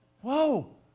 Whoa